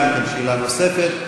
גם כן שאלה נוספת,